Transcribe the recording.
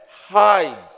hide